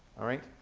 alright,